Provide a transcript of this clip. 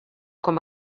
com